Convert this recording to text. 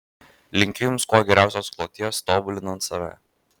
linkiu jums kuo geriausios kloties tobulinant save